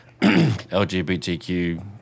LGBTQ